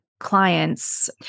Clients